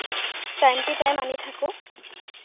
time to time আনি থাকোঁ